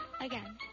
Again